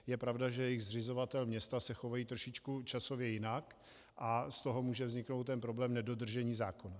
Je pravda, že jejich zřizovatelé, města, se chovají trošičku časově jinak, a z toho může vzniknout ten problém nedodržení zákona.